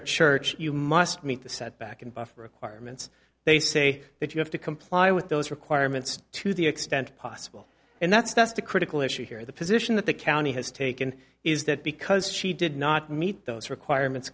a church you must meet the setback unbuffed requirements they say that you have to comply with those requirements to the extent possible and that's just a critical issue here the position that the county has taken is that because she did not meet those requirements